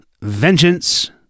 vengeance